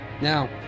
Now